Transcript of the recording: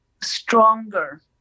stronger